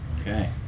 okay